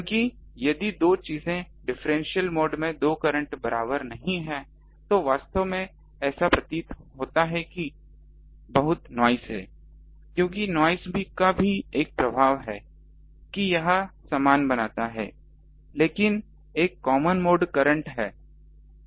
क्योंकि यदि दो चीजें डिफरेंशियल मोड में दो करंट बराबर नहीं है तो वास्तव में ऐसा प्रतीत होता है कि बहुत नॉइस हैं क्योंकि नॉइस का भी एक प्रभाव है कि यह समान बनाता है लेकिन एक कॉमन मोड करंट है